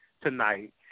tonight